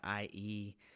IE